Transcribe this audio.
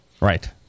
Right